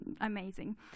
amazing